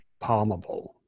palmable